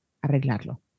arreglarlo